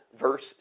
verse